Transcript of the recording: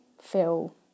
feel